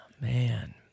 Man